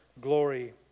glory